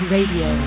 Radio